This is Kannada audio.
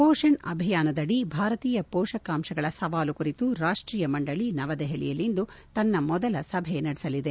ಪೋಷನ್ ಅಭಿಯಾನದಡಿ ಭಾರತೀಯ ಪೋಷಕಾಂಶಗಳ ಸವಾಲು ಕುರಿತು ರಾಷ್ಷೀಯ ಮಂಡಳಿ ನವದೆಹಲಿಯಲ್ಲಿಂದು ತನ್ನ ಮೊದಲ ಸಭೆ ನಡೆಸಲಿದೆ